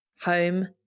home